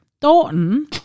Thornton